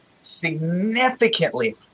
significantly